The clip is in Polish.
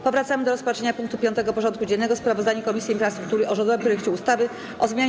Powracamy do rozpatrzenia punktu 5. porządku dziennego: Sprawozdanie Komisji Infrastruktury o rządowym projekcie ustawy o zmianie